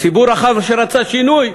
ציבור רחב שרצה שינוי,